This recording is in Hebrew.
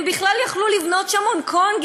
הם בכלל יכלו לבנות שם הונג-קונג,